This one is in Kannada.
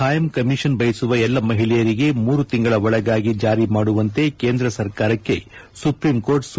ಸೇನೆಯಲ್ಲಿ ಬಾಯಂ ಕಮಿಷನ್ ಬಯಸುವ ಎಲ್ಲ ಮಹಿಳೆಯರಿಗೆ ಮೂರು ತಿಂಗಳ ಒಳಗಾಗಿ ಜಾರಿ ಮಾಡುವಂತೆ ಕೇಂದ್ರ ಸರ್ಕಾರಕ್ಕೆ ಸುಪ್ರೀಂಕೋರ್ಟ್ ಸೂಚನೆ